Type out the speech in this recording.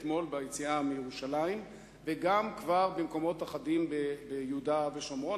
אתמול ביציאה מירושלים וגם במקומות אחדים ביהודה ושומרון,